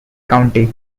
county